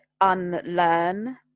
unlearn